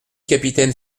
capitaine